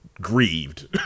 grieved